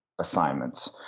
assignments